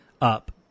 up